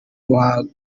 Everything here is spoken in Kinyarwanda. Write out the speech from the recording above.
ruhago